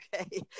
okay